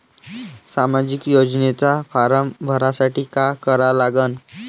सामाजिक योजनेचा फारम भरासाठी का करा लागन?